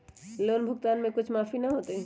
Loan भुगतान में कुछ माफी न होतई?